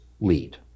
lead